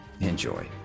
Enjoy